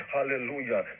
Hallelujah